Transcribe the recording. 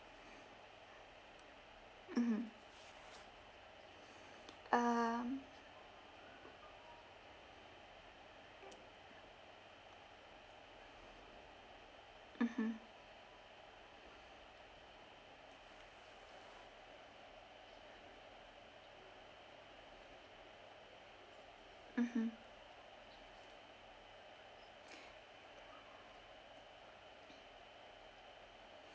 mmhmm um mmhmm mmhmm